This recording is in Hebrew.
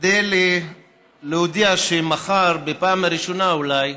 כדי להודיע שמחר, בפעם הראשונה אולי,